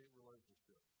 relationship